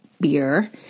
beer